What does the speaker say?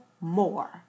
more